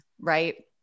right